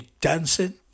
dancing